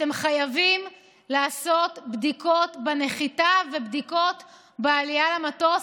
אתם חייבים לעשות בדיקות בנחיתה ובדיקות בעלייה למטוס.